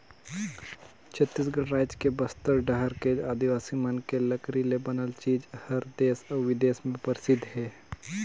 छत्तीसगढ़ रायज के बस्तर डहर के आदिवासी मन के लकरी ले बनाल चीज हर देस अउ बिदेस में परसिद्ध हे